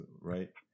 right